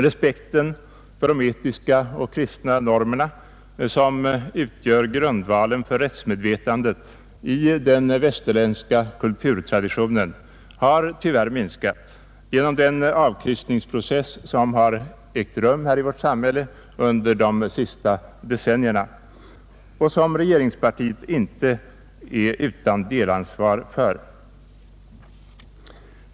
Respekten för de etiska och kristna normerna, som utgör grundvalen för rättsmedvetandet i den västerländska kulturtraditionen, har tyvärr minskat genom den avkristningsprocess som ägt rum i vårt samhälle under de senaste decennierna. Regeringspartiet är inte utan delansvar för detta.